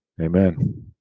Amen